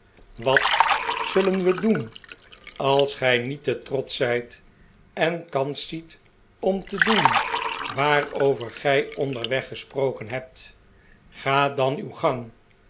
wat zullen we doen als gij niet te trotsch zijt en kans ziet om te doen waarover gij onderweg gesproken hebt ga dan uw gang